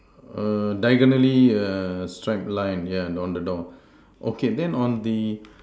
err diagonally err striped line yeah on the door okay then on the